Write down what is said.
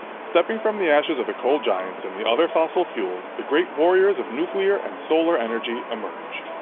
stepping from the ashes of the coal giants and the other fossil fuels, the great warriors of nuclear and solar energy emerge.